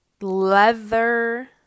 leather